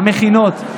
המכינות.